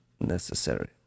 necessary